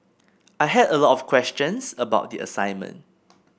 I had a lot of questions about the assignment